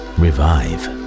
revive